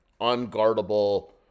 unguardable